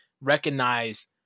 recognize